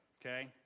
Okay